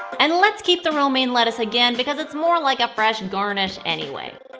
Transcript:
and let's keep the romaine lettuce again, because it's more like a fresh and garnish anyway!